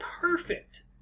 perfect